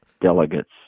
delegates